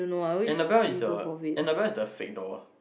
Annabelle is the Annabelle is the fake doll